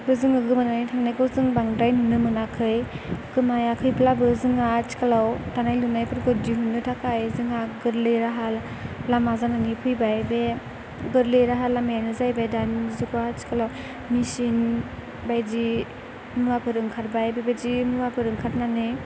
बो जोङो गोमानानै थांनायखौ जों बांद्राय नुनो मोनाखै गोमायाखैब्लाबो जोंहा आथिखालाव दानाय लुनायफोरखौ दिहुननो थाखाय जोंहा गोरलै राहालामा जानानै फैबाय बे गोरलै राहालामायानो जाहैबाय दानि जुगाव आथिखालाव मेसिन बायदि मुवाफोर ओंखारबाय बेबायदि मुवाफोर ओंखारनानै